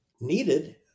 needed